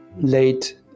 late